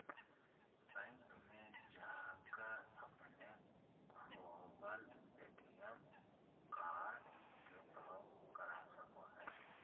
bank में जाकर अपने खोवल ए.टी.एम कार्ड के ब्लॉक करा सको हइ